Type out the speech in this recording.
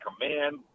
Command